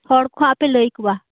ᱦᱚᱲ ᱠᱚ ᱱᱟᱦᱟᱜ ᱯᱮ ᱞᱟᱹᱭ ᱟᱠᱩᱣᱟ